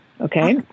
okay